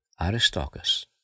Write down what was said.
aristarchus